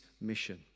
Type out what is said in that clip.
mission